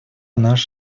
наш